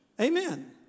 Amen